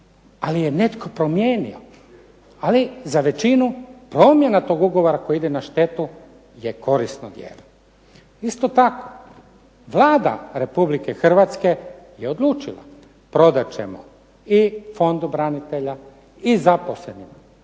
ali je netko promijenio. Ali za većinu promjena tog ugovora koji ide na štetu je korisno djelo. Isto tako, Vlada Republike Hrvatske je odlučila prodat ćemo i Fondu branitelja i zaposlenima.